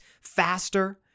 faster